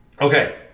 okay